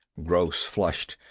gross flushed.